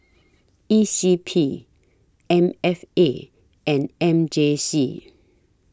E C P M F A and M J C